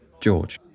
George